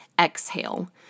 exhale